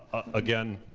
again,